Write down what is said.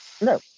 No